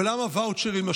ולמה ואוצ'רים?